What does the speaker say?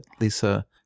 Lisa